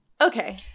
Okay